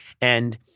And-